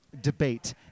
debate